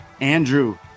Andrew